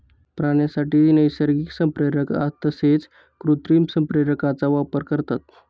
प्राण्यांसाठी नैसर्गिक संप्रेरक तसेच कृत्रिम संप्रेरकांचा वापर करतात